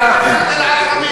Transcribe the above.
בתל-עקרבים.